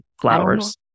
Flowers